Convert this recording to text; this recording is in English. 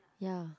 ya